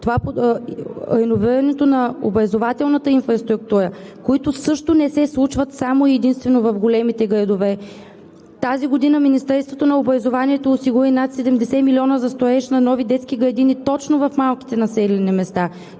реновирането на образователната инфраструктура, които също не се случват само и единствено в големите градове. Тази година Министерството на образованието и науката осигури над 70 милиона за строеж на нови детски градини точно в малките населени места.